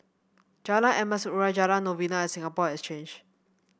Jalan Emas Urai Jalan Novena and Singapore Exchange